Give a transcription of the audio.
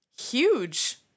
huge